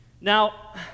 Now